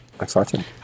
Exciting